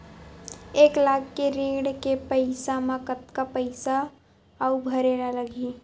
एक लाख के ऋण के पईसा म कतका पईसा आऊ भरे ला लगही?